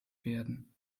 werden